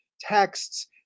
texts